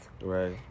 Right